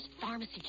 Pharmacy